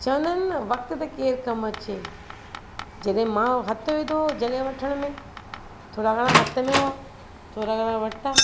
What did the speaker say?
चवंदा आहिनि त वक़्तु ते केरु कमु अचे जॾहिं मां हथु विधो जॻहि वठण में थोरा घणा हथ में हुआ थोरा घणा वरिता